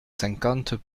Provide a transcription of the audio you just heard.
cinquante